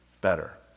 better